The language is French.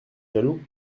jaloux